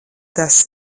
tas